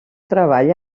treball